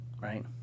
right